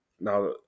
now